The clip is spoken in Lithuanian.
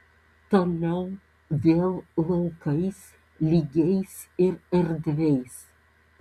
toliau vėl laukais lygiais ir erdviais